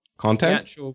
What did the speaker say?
content